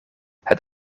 het